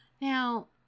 Now